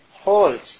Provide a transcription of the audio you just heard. holes